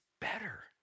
better